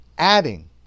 Adding